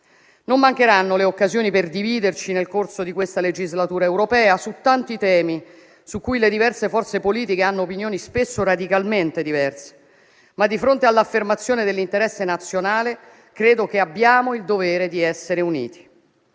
Non mancheranno le occasioni per dividerci nel corso di questa legislatura europea su tanti temi su cui le diverse forze politiche hanno opinioni spesso radicalmente diverse, ma credo che di fronte all'affermazione dell'interesse nazionale abbiamo il dovere di essere uniti.